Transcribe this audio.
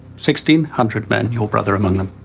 sixteen hundred men. your brother among them